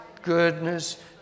goodness